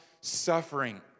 suffering